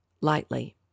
lightly